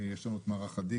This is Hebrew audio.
יש לנו את מערך הדיגיטל,